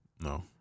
No